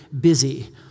busy